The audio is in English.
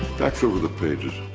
fax over the pages.